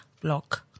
block